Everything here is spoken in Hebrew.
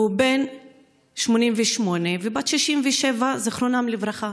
הם בן 88 ובת 67, זיכרונם לברכה.